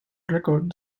record